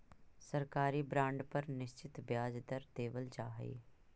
सरकारी बॉन्ड पर निश्चित ब्याज दर देवल जा हइ